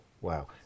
wow